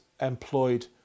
employed